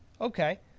Okay